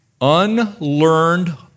Unlearned